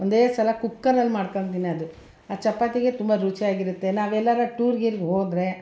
ಒಂದೇ ಸಲ ಕುಕ್ಕರಲ್ಲಿ ಮಾಡ್ಕೊಳ್ತೀನಿ ಅದು ಅದು ಚಪಾತಿಗೆ ತುಂಬ ರುಚಿಯಾಗಿರುತ್ತೆ ನಾವೆಲ್ಲರೂ ಟೂರಿಗೆ ಗೀರಿಗೆ ಹೋದರೆ